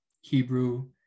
Hebrew